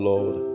Lord